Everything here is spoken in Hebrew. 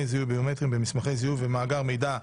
זיהוי ביומטריים במסמכי זיהוי ובמאגר מידע,